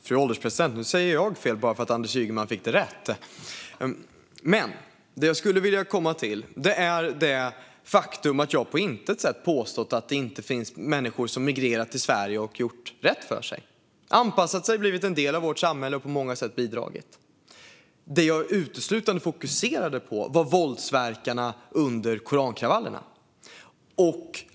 Fru ålderspresident! Jag har på intet sätt påstått att det inte finns människor som migrerat till Sverige som gör rätt för sig. De har anpassat sig, blivit en del av vårt samhälle och på många sätt bidragit. Det jag uteslutande fokuserade på var våldsverkarna under korankravallerna.